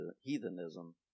heathenism